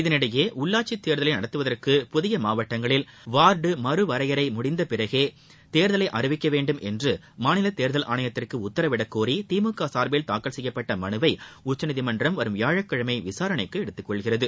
இதனிடையே உள்ளாட்சி தேர்தலை நடத்துவதற்கு புதிய மாவட்டங்களில் வார்டு மறுவரையறை முடிந்த பிறகே தேர்தலை அறிவிக்க வேண்டுமென்று மாநில தேர்தல் ஆணையத்துக்கு உத்தரவிடக் கோரி திமுக சார்பில் தாக்கல் செய்யப்பட்ட மனுவை உச்சநீதிமன்றம் வரும் வியாழக்கிழமை விசாரணைக்கு எடுத்துக்கொள்கிறது